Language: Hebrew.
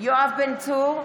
יואב בן צור,